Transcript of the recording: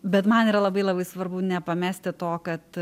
bet man yra labai labai svarbu nepamesti to kad